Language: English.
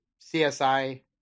CSI